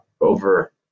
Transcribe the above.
over